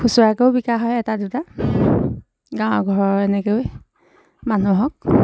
খুচুৰাকৈও বিকা হয় এটা দুটা গাঁও ঘৰৰ এনেকৈ মানুহক